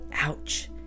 Ouch